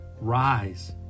rise